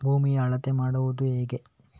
ಭೂಮಿಯ ಅಳತೆ ಮಾಡುವುದು ಹೇಗೆ?